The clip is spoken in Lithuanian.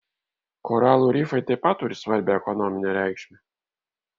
koralų rifai taip pat turi svarbią ekonominę reikšmę